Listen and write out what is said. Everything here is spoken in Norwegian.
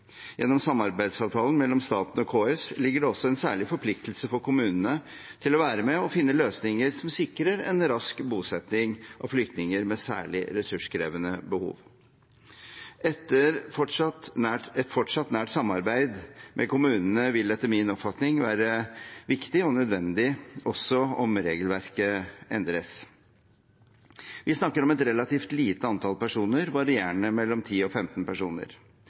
Gjennom samarbeidsavtalen mellom staten og KS ligger det også en særlig forpliktelse for kommunene til å være med og finne løsninger som sikrer en rask bosetting av flyktninger med særlig ressurskrevende behov. Et fortsatt nært samarbeid med kommunene vil etter min oppfatning være viktig og nødvendig også om regelverket endres. Vi snakker om et relativt lite antall personer varierende mellom 10 og 15 personer.